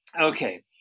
okay